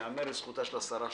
ייאמר לזכותה של השרה שקד,